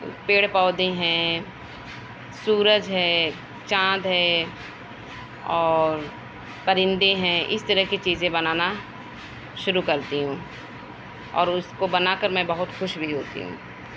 پیڑ پودے ہیں سورج ہے چاند ہے اور پرندے ہیں اس طرح کی چیزیں بنانا شروع کرتی ہوں اور اس کو بنا کر میں بہت خوش بھی ہوتی ہوں